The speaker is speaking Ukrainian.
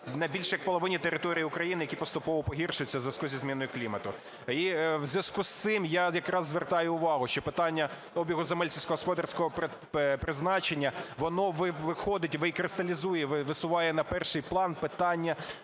на більш як половині території України, які поступово погіршуються в зв'язку зі зміною клімату. І у зв'язку з цим я якраз звертаю увагу, що питання обігу земель сільськогосподарського призначення, воно виходить, викристалізує, висуває на перший план питання